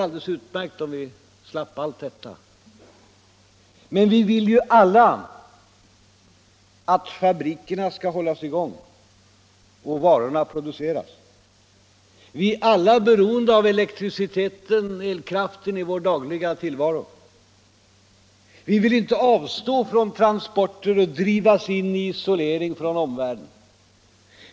Men vi vill ju alla att fabrikerna skall hållas i gång och varorna produceras. Vi är alla beroende av elektriciteten för vår dagliga tillvaro. Vi vill inte avstå från transporter och drivas in i isolering från omvärlden.